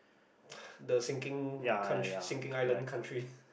the sinking country sinking island country